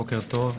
בוקר טוב.